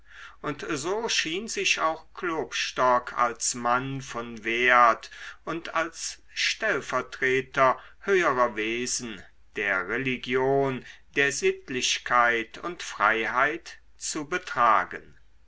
und so schien sich auch klopstock als mann von wert und als stellvertreter höherer wesen der religion der sittlichkeit und freiheit zu betragen